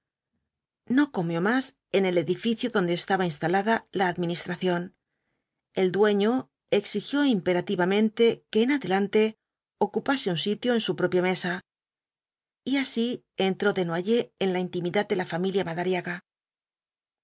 no comió más en el edificio donde estaba instalada la administración el dueño exigió imperativamente que en adelante ocupase un sitio en su propia mesa y así entró desnoyers en la intimidad de la familia madariaga